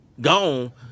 gone